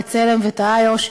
"בצלם" ו"תעאיוש",